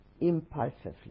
impulsively